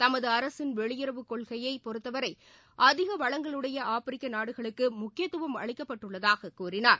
தமது அரசின் வெளியுறவுக் கொள்கையை பொறுத்தவரை அதிக வளங்களுடைய ஆப்பிரிக்க நாடுகளுக்கு முக்கியத்துவம் அளிக்கப்பட்டுள்ளதாகக் கூறினார்